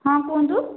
ହଁ କୁହନ୍ତୁ